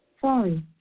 Sorry